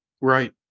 right